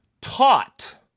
taught